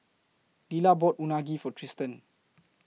Lilah bought Unagi For Tristen